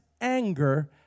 anger